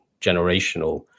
generational